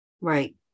Right